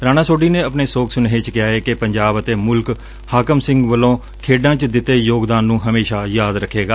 ਰਾਣਾ ਸੋਢੀ ਨੇ ਆਪਣੇ ਸੋਗ ਸੁਨੇਹੇ ਚ ਕਿਹਾ ਏ ਕਿ ਪੰਜਾਬ ਅਤੇ ਮੁਲਕ ਹਾਕਮ ਸਿੰਘ ਵੱਲੋਂ ਖੇਡਾ ਚ ਦਿੱਤੇ ਯੋਗਦਾਨ ਨੂੰ ਹਮੇਸ਼ਾ ਯਾਦ ਰੱਖੇਗਾ